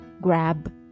grab